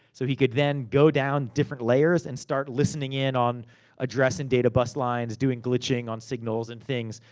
so he could then, go down different layers, and start listening in on address and data bus lines, doing glitching on signals and things.